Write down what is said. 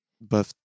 buff